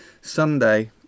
Sunday